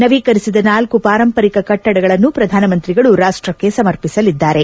ನವೀಕರಿಸಿದ ನಾಲ್ಕು ಪಾರಂಪರಿಕ ಕೆಟ್ಟಡಗಳನ್ನು ಪ್ರಧಾನಮಂತ್ರಿಗಳು ರಾಷ್ಟಕ್ಕೆ ಸಮರ್ಪಿಸಲಿದ್ದಾರೆ